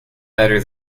better